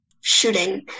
shooting